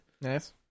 Nice